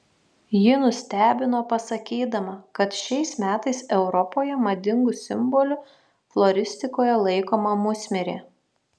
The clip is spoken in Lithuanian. ji nustebino pasakydama kad šiais metais europoje madingu simboliu floristikoje laikoma musmirė